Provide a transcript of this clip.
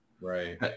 Right